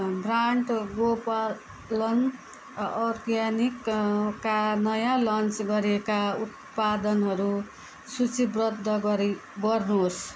brand Gopalan अर्ग्यानिकका नयाँ launch गरिएका उत्पादनहरू सुचीबद्ध गरी गर्नुहोस्